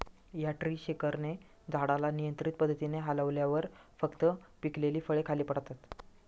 या ट्री शेकरने झाडाला नियंत्रित पद्धतीने हलवल्यावर फक्त पिकलेली फळे खाली पडतात